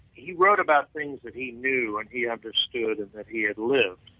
he wrote about things that he knew and he understood and that he had lived,